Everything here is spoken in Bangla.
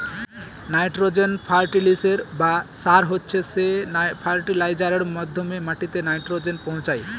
নাইট্রোজেন ফার্টিলিসের বা সার হচ্ছে সে ফার্টিলাইজারের মাধ্যমে মাটিতে নাইট্রোজেন পৌঁছায়